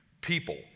people